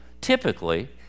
typically